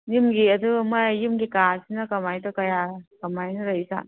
ꯌꯨꯝꯒꯤ ꯑꯗꯨ ꯃꯥꯒꯤ ꯌꯨꯝꯒꯤ ꯀꯥꯁꯤꯅ ꯀꯃꯥꯏꯅ ꯀꯌꯥ ꯀꯃꯥꯏꯅ ꯂꯩꯔꯤ ꯖꯥꯠꯅꯣ